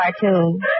cartoon